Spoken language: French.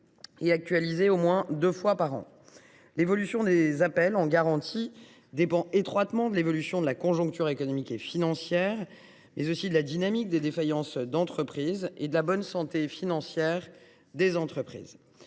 sont actualisés au moins deux fois par an. L’évolution des appels en garantie dépend étroitement de l’évolution de la conjoncture économique et financière, de la dynamique des défaillances d’entreprises et de leur santé financière. Sur la base